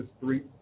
three